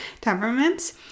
temperaments